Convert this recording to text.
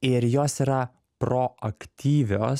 ir jos yra proaktyvios